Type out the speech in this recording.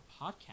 podcast